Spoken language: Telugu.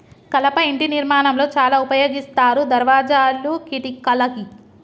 కలప ఇంటి నిర్మాణం లో చాల ఉపయోగిస్తారు దర్వాజాలు, కిటికలకి